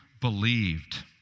believed